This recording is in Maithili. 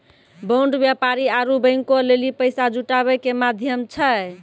बांड व्यापारी आरु बैंको लेली पैसा जुटाबै के माध्यम छै